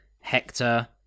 Hector